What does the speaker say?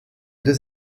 deux